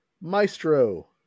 Maestro